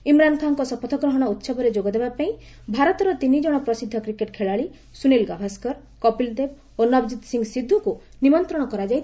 ଇମ୍ରାନ୍ ଖାଁଙ୍କ ଶପଥଗ୍ରହଣ ଉତ୍ସବରେ ଯୋଗଦେବା ପାଇଁ ଭାରତର ତିନିଜଣ ପ୍ରସିଦ୍ଧ କ୍ରିକେଟ୍ ଖେଳାଳି ସୁନୀଲ ଗାଭାସ୍କର କପିଲ ଦେବ ଓ ନବଜିତ୍ ସିଂ ସିଦ୍ଧୁଙ୍କୁ ନିମନ୍ତ୍ରଣ କରାଯାଇଥିବା ସେ କହିଛନ୍ତି